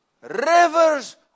Rivers